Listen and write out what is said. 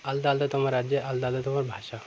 তালাদা আলাদা তোমার রাজ্যে আলাদা আলাদা তোমার ভাষা